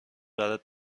برات